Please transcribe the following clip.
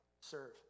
serve